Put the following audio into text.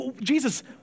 Jesus